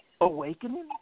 awakening